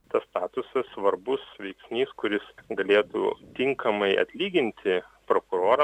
tas statusas svarbus veiksnys kuris galėtų tinkamai atlyginti prokuroram